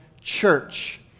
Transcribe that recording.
church